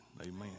amen